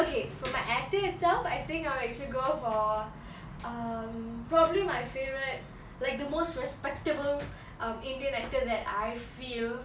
okay for my actor itself I think I will actually go for um probably my favourite like the most respectable um indian actor that I feel